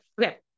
Okay